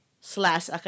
slash